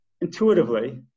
intuitively